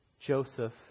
Joseph